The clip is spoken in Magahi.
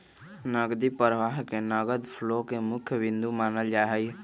नकदी प्रवाह के नगद फ्लो के मुख्य बिन्दु मानल जाहई